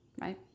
right